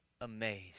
amazed